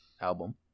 album